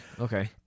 okay